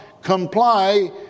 comply